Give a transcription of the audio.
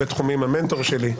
בהרבה תחומים המנטור שלי,